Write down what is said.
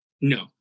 No